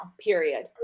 Period